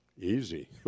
Easy